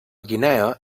guinea